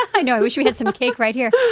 i know. i wish we had some cake right here!